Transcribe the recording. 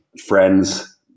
friends